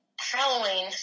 Halloween